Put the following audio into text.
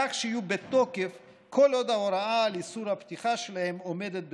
כך שיהיו בתוקף כל עוד ההוראה על איסור הפתיחה שלהם עומדת בתוקפה,